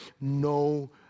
No